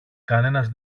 κανένας